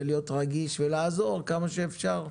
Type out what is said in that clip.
להיות רגיש ולעזור כמה שאפשר,